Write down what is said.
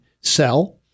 sell